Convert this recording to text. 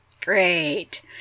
Great